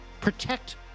protect